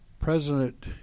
President